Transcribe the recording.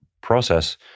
process